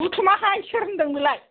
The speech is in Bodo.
बुथुमाहाय सोर होनदों बेलाय